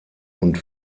und